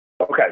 Okay